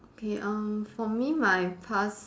okay uh for me my past